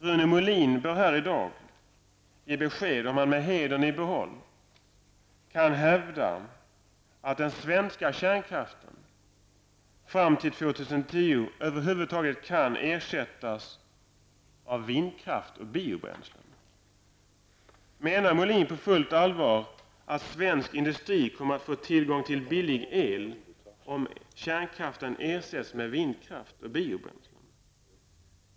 Rune Molin bör här i dag ge besked i frågan, om han med hedern i behåll kan hävda att den svenska kärnkraften över huvud taget kan ersättas av vindkraft och biobränslen fram till 2010. Menar Rune Molin på fullt allvar att svensk industri kommer att få tillgång till billig el om kärnkraften ersätts med vindkraft och biobränslen?